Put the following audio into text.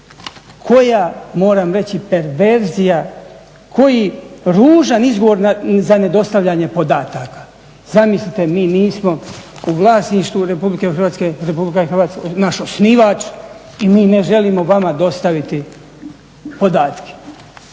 koja moram reći perverzija, koji ružan izgovor za nedostavljanje podataka. Zamislite mi nismo u vlasništvu RH, RH je naš osnivač i mi ne želimo vama dostaviti podatke.